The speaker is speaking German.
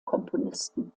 komponisten